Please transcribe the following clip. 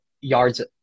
yards